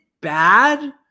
bad